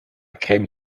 came